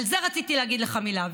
על זה רציתי להגיד לך מילה,